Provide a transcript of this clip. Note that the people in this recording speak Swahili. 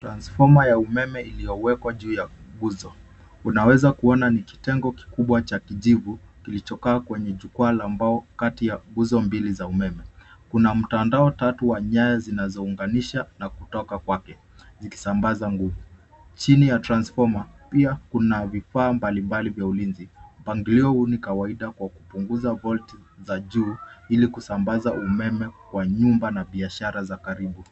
Transfoma ya umeme iliyowekwa juu ya nguzo. Unaweza kuona ni kitengo kikubwa cha kijivu, kilichokaa kwenye jukwaa la mbao, kati ya nguzo mbili za umeme. Kuna mtandao tatu wa nyaya zinazounganisha, na kutoka kwake, zikisambaza nguvu. Chini ya transfoma, pia kuna vifaa mbalimbali vya ulinzi. Mpangilio huu ni kawaida kwa kupunguza volti za juu, ili kusambaza umeme kwa nyumba na biashara za karibu.